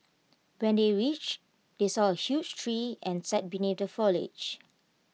when they reached they saw A huge tree and sat beneath the foliage